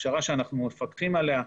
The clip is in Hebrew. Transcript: הכשרה שאנחנו מפקחים עליה,